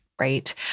right